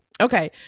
okay